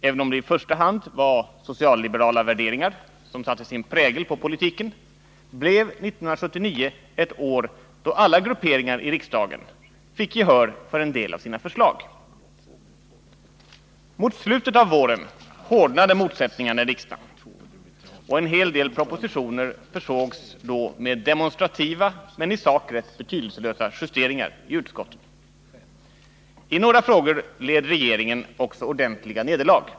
Även om i första hand socialliberala värderingar satte sin prägel på politiken, blev 1979 ett år då alla grupperingar i riksdagen fick gehör för en del av sina förslag. Mot slutet av våren hårdnade motsättningarna i riksdagen, och en hel del propositioner försågs då med demonstrativa men i sak rätt betydelselösa justeringar i utskotten. I några frågor led regeringen också ordentliga 23 nederlag.